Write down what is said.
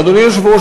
אדוני היושב-ראש,